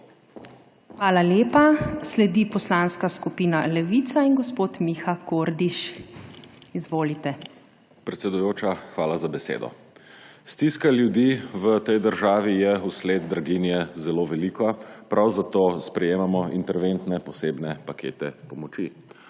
Hvala lepa. Sledi Poslanska skupina Levica in gospod Miha Kordiš. Izvolite. **MIHA KORDIŠ (PS Levica):** Hvala za besedo. Stiska ljudi v tej državi je v sled draginje zelo velika, prav zato sprejemamo interventne posebne pakete pomoči.